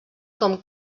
com